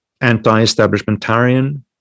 anti-establishmentarian